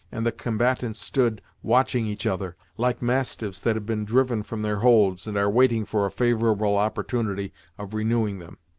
and the combatants stood watching each other, like mastiffs that have been driven from their holds, and are waiting for a favorable opportunity of renewing them.